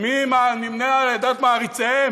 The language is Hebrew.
ומי נמנה עם עדת מעריציהם?